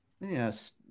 Yes